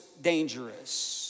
dangerous